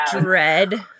dread